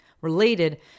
related